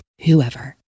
whoever